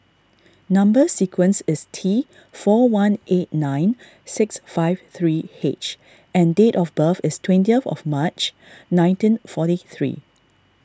Number Sequence is T four one eight nine six five three H and date of birth is twentieth of March nineteen forty three